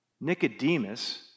Nicodemus